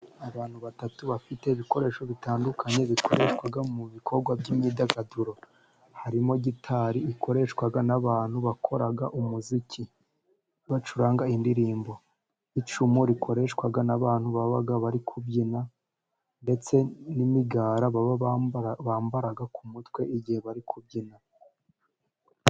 Abantu batatu bafite ibikoresho bitandukanye bikoreshwa mu bikorwa by'imyidagaduro, harimo gitari ikoreshwa n'abantu bakora umuziki bacuranga indirimbo. Icumu rikoreshwa n'abantu baba bari kubyina, ndetse n'imigara baba bambara ku mutwe igihe bari kubyina.